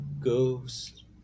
Ghost